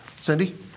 Cindy